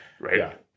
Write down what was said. Right